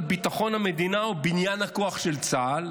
ביטחון המדינה ובניין הכוח של צה"ל",